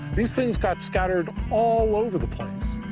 these things got scattered all over the place.